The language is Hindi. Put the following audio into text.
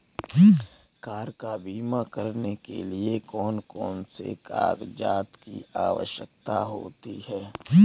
कार का बीमा करने के लिए कौन कौन से कागजात की आवश्यकता होती है?